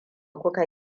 kuka